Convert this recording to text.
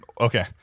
Okay